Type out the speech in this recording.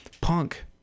punk